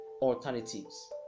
alternatives